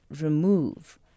remove